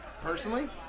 personally